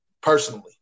personally